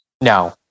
No